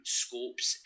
scopes